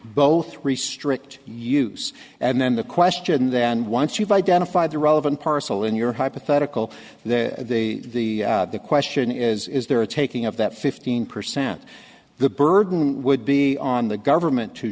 both restrict use and then the question then once you've identified the relevant parcel in your hypothetical then the question is is there a taking of that fifteen percent the burden would be on the government to